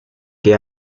que